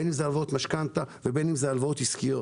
באמת אם הלוואות משכנתה ובין אם הלוואות עסקיות,